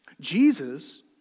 Jesus